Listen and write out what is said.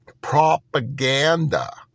propaganda